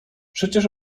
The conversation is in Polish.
przecież